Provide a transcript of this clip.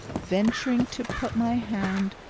venturing to put my hand,